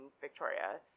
victoria